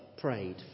prayed